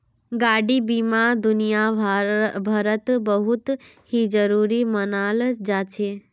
गाडी बीमा दुनियाभरत बहुत ही जरूरी मनाल जा छे